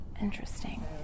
interesting